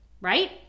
right